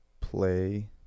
play